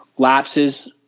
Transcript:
lapses